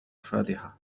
فادحة